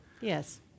Yes